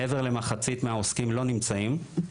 מעבר למחצית מהעוסקים לא נמצאים.